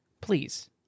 please